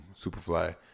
Superfly